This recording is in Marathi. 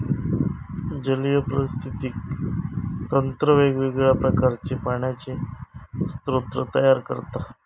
जलीय पारिस्थितिकी तंत्र वेगवेगळ्या प्रकारचे पाण्याचे स्रोत तयार करता